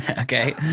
okay